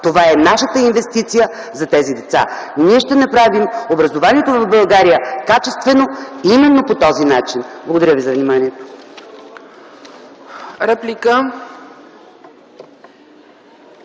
Това е нашата инвестиция за тези деца. Ние ще направим образованието в България качествено именно по този начин. Благодаря ви за вниманието.